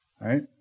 Right